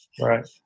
Right